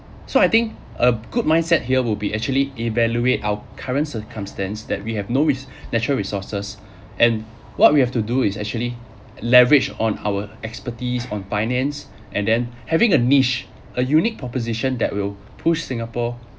so I think a good mindset here will be actually evaluate our current circumstance that we have no re~ natural resources and what we have to do is actually leverage on our expertise on finance and then having a niche a unique proposition that will push singapore